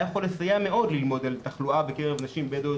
היה יכול לסייע מאוד ללמוד על תחלואה בקרב נשים בדואיות